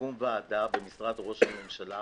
תקום ועדה במשרד ראש הממשלה